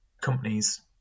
companies